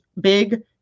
big